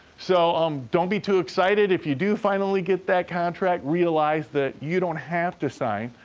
so, um don't be too excited if you do finally get that contract. realize that you don't have to sign.